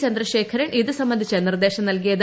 ചന്ദ്രശേഖരൻ ഇതു സംബന്ധിച്ച് നിർദ്ദേശം നൽകിയത്